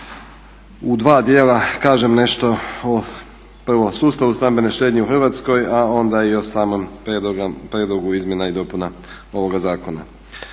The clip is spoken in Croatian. u dva dijela kažem nešto o prvo sustavu stambene štednje u Hrvatskoj, a onda i o samom prijedlogu izmjena i dopuna ovoga zakona.